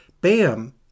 bam